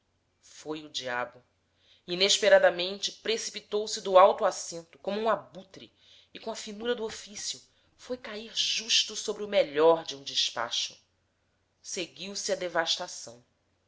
foi o diabo inesperadamente precipitou-se do alto assento como um abutre e com a finura do oficio foi cair justo sobre o melhor de um despacho seguiu-se a devastação